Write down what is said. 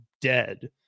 dead